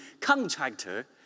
contractor